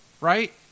right